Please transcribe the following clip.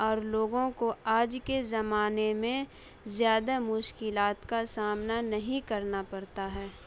اور لوگوں کو آج کے زمانے میں زیادہ مشکلات کا سامنا نہیں کرنا پڑتا ہے